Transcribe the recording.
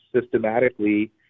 systematically